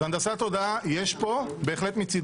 הנדסת תודעה יש פה מצידכם.